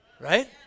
Right